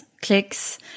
clicks